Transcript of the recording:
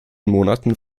monaten